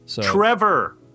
Trevor